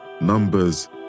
Numbers